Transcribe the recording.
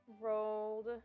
rolled